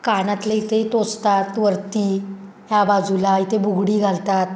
कानातले इथे टोचतात वरती ह्या बाजूला इथे बुगडी घालतात